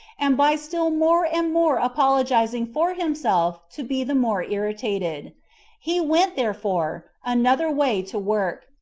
and by still more and more apologizing for himself to be the more irritated he went, therefore, another way to work,